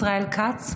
ישראל כץ,